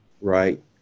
right